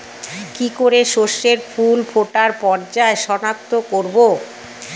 কি করে শস্যের ফুল ফোটার পর্যায় শনাক্ত করব?